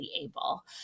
able